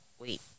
wait